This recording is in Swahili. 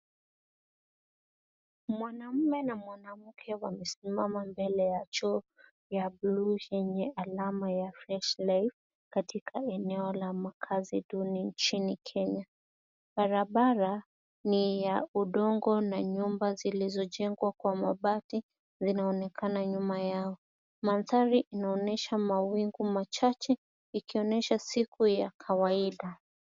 Mwanaume na mwanamke wamesimama mbele ya choo ya bluu yenye alama ya Fresh Life, katika eneo la makazi duni nchini Kenya. Barabara, ni ya udongo na nyumba zilizojengwa kwa mabati, zinaonekana nyuma yao. Mandhari inaonyesha mawingu machache ikionesha siku ya kawaida.